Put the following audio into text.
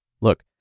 Look